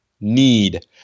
need